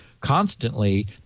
constantly